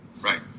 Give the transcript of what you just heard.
Right